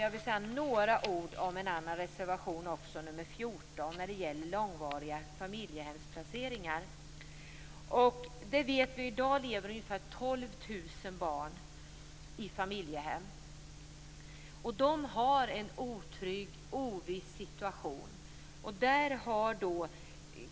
Jag vill säga några ord om reservation 14 och långvariga familjehemsplaceringar. Vi vet att det i dag lever ungefär 12 000 barn i familjehem. De har en otrygg, oviss situation.